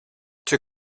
two